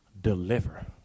deliver